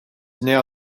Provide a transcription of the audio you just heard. now